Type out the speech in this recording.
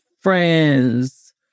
friends